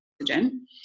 oxygen